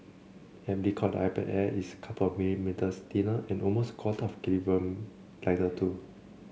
aptly called the iPad Air it's a couple of millimetres thinner and almost a quarter of a kilogram lighter too